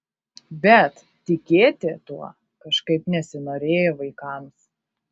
bet tikėti tuo kažkaip nesinorėjo vaikams